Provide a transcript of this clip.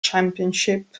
championship